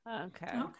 Okay